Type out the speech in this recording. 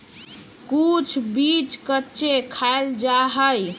कुछ बीज कच्चे खाल जा हई